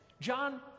John